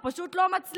הוא פשוט לא מצליח,